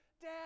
Dad